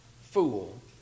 fool